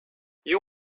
you